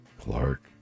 Clark